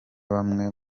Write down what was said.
bamwe